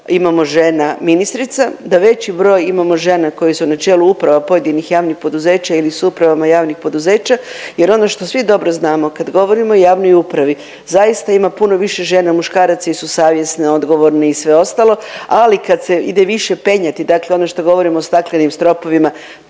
imamo žena ministrica, da veći broj imamo žena koje su na čelu uprava pojedinih javnih poduzeća ili su u upravama javnih poduzeća, jer ono što svi dobro znamo kad govorimo o javnoj upravi zaista ima puno više žena, muškarac. Jesu savjesne odgovorne i sve ostalo ali kad se ide više penjati dakle ono što govorim o staklenim stropovima,